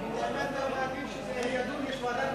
האמת שאני מעדיף שזה יידון בוועדת,